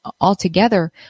altogether